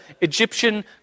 Egyptian